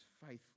faithful